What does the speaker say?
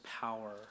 power